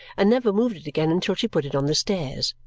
and never moved it again until she put it on the stairs.